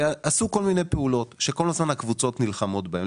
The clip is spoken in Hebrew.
עשו כל מיני פעולות שכל הזמן הקבוצות נלחמות בהן,